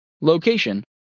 Location